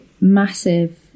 massive